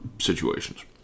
situations